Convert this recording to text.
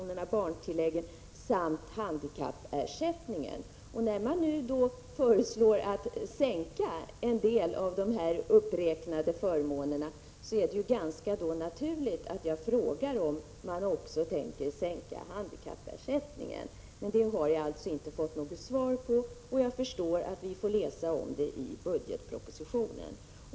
När man nu föreslår en försämring av en del av de här uppräknade tandläkare inom folktandvården förmånerna är det ganska naturligt att fråga om man också tänker sänka handikappersättningen. Det har jag alltså inte fått svar på, och jag förstår att vi kommer att få läsa om det i budgetpropositionen.